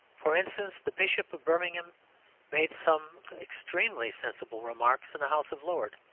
for instance, the bishop of birmingham made some extremely sensible remarks in the house of lords,